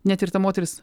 net ir ta moteris